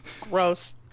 Gross